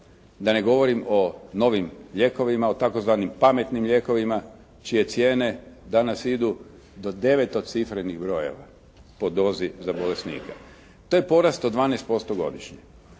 Da ne govorim o novim lijekovima, o tzv. pametnim lijekovima čije cijene danas idu do devetocifrenih brojeva po dozi za bolesnike. To je porast od 12% godišnje.